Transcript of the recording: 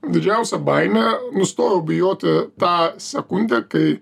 didžiausią baimę nustojau bijoti tą sekundę kai